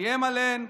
איים עליהן,